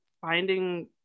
finding